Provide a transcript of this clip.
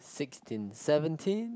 sixteen seventeen